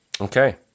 Okay